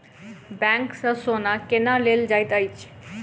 bank सँ सोना केना लेल जाइत अछि